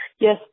Yes